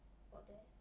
or there